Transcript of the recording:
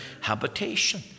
habitation